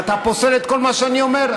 ואתה פוסל את כל מה שאני אומר.